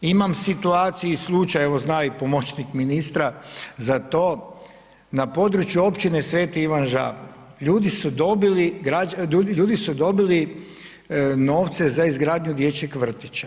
Imam situaciju i slučaj, evo zna i pomoćnik ministra za to na području općine Sveti Ivan Žabno ljudi su dobili novce za izgradnju dječjeg vrtića.